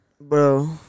Bro